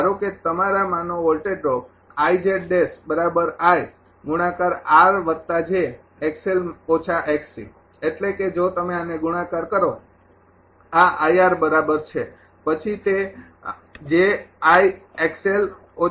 ધારો કે તમારા માંનો વોલ્ટેજ ડ્રોપ એટલે કે જો તમે આને ગુણાકાર કરો આ બરાબર છે પછી તે છે